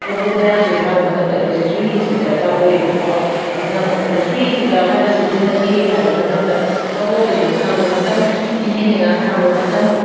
ꯀꯕꯣꯛ ꯃꯌꯥꯝꯁꯦ ꯁꯥꯕ ꯃꯇꯝꯗ ꯑꯩꯈꯣꯏꯁꯦ ꯆꯨꯍꯤꯁꯦ ꯗꯔꯀꯥꯔ ꯑꯣꯏꯌꯦꯕꯀꯣ ꯑꯗꯨꯅ ꯑꯃꯨꯛ ꯑꯩꯈꯣꯏꯅ ꯆꯨꯍꯤꯁꯤ ꯀꯗꯥꯏ ꯋꯥꯏꯗ ꯁꯤꯖꯤꯟꯅꯒꯦ ꯍꯥꯏꯕ ꯃꯇꯝꯗ ꯀꯕꯣꯛ ꯍꯩꯕꯣꯛ ꯁꯥꯕ ꯃꯇꯝ ꯆꯤꯅꯤ ꯍꯩꯉꯥꯟ ꯁꯥꯕ ꯃꯇꯝ